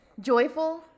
Joyful